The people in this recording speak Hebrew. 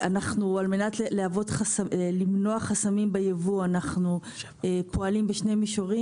על מנת למנוע חסמים בייבוא אנחנו פועלים בשני מישורים